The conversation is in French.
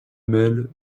mêle